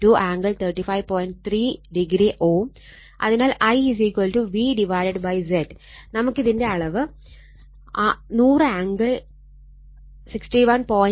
അതിനാൽ IVZ നമുക്കിതിന്റെ അളവ് 100 ആംഗിൾ 61